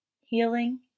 healing